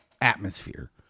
atmosphere